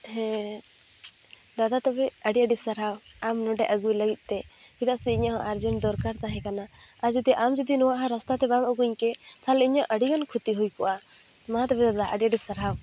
ᱦᱮᱸ ᱫᱟᱫᱟ ᱛᱚᱵᱮ ᱟᱹᱰᱤ ᱟᱹᱰᱤ ᱥᱟᱨᱦᱟᱣ ᱟᱢ ᱱᱚᱰᱮ ᱟᱹᱜᱩᱭ ᱞᱟᱹᱜᱤᱫ ᱛᱮ ᱪᱮᱫᱟᱜ ᱥᱮ ᱤᱧᱟᱹᱜ ᱦᱚᱸ ᱟᱨᱡᱮᱱᱴ ᱫᱚᱨᱠᱟᱨ ᱛᱟᱦᱮᱸ ᱠᱟᱱᱟ ᱟᱨ ᱡᱩᱫᱤ ᱟᱢ ᱡᱩᱫᱤ ᱱᱚᱣᱟ ᱨᱟᱥᱛᱟ ᱛᱮ ᱵᱟᱢ ᱟᱹᱜᱩᱧᱠᱮ ᱛᱟᱦᱚᱞᱮ ᱤᱧᱟᱹᱜ ᱟᱹᱰᱤ ᱜᱟᱱ ᱠᱷᱚᱛᱤ ᱦᱩᱭ ᱠᱚᱜᱼᱟ ᱢᱟ ᱛᱚᱵᱮ ᱫᱟᱫᱟ ᱟᱹᱰᱤ ᱟᱹᱰᱤ ᱥᱟᱨᱦᱟᱣ